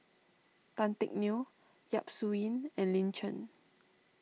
Tan Teck Neo Yap Su Yin and Lin Chen